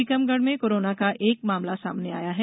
टीकमगढ़ में कोरोना का एक मामला सामने आया है